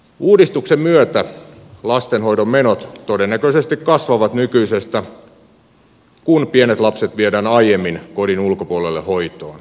uudistuksen myötä lastenhoidon menot todennäköisesti kasvavat nykyisestä kun pienet lapset viedään aiemmin kodin ulkopuolelle hoitoon